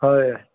হয়